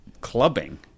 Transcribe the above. clubbing